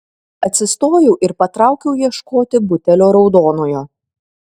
atsistojau ir patraukiau ieškoti butelio raudonojo